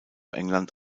england